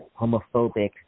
homophobic